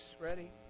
Ready